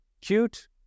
Cute